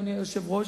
אדוני היושב-ראש,